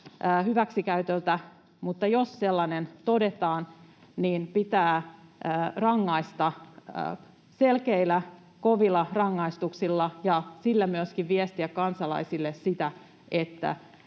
hyväksikäytöltä, mutta jos sellainen todetaan, niin pitää rangaista selkeillä, kovilla rangaistuksilla ja sillä myöskin viestiä kansalaisille sitä, että